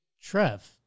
Trev